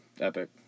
epic